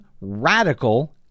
radical